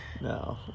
no